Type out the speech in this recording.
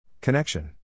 Connection